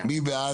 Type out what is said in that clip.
מי בעד